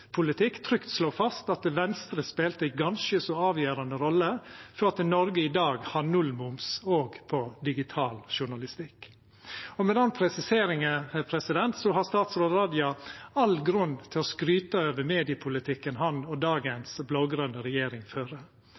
fast at Venstre spelte ei ganske så avgjerande rolle for at Noreg i dag har nullmoms òg på digital journalistikk. Med den presiseringa har statsråd Raja all grunn til å skryta over mediepolitikken han og dagens blå-grøne regjering fører.